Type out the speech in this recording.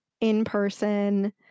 in-person